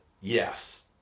Yes